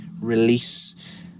release